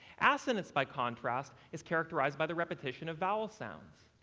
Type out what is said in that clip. assonance, by contrast, is characterized by the repetition of vowel sounds,